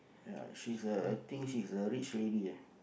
ya she's a I think she is a rich lady ah